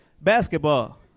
basketball